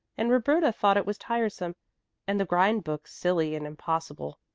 and roberta thought it was tiresome and the grind-book silly and impossible.